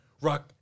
Rock